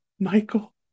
michael